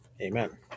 Amen